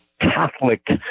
Catholic